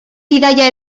bidaia